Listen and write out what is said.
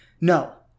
No